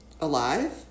Alive